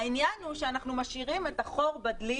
העניין הוא שאנחנו משאירים את החור בדלי